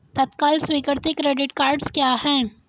तत्काल स्वीकृति credit cards क्या हैं?